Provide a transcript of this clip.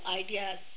ideas